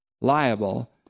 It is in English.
liable